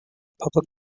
public